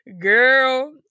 Girl